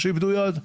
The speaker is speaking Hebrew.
או שאיבדו יד,